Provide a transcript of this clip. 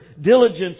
Diligence